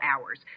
hours